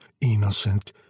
innocent